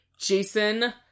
Jason